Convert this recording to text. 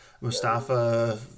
Mustafa